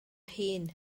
hun